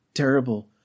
Terrible